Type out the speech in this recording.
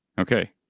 Okay